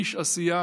איש עשייה